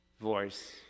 voice